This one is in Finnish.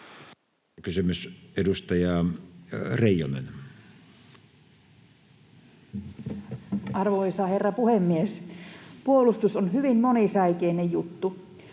Kysymys, edustaja Reijonen. Arvoisa herra puhemies! Puolustus on hyvin monisäikeinen juttu